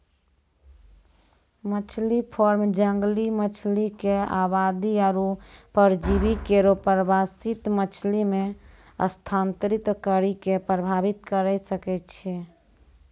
मछरी फार्म जंगली मछरी क आबादी आरु परजीवी केरो प्रवासित मछरी म स्थानांतरित करि कॅ प्रभावित करे सकै छै